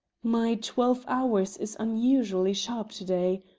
my twelve-hours is unusual sharp to-day,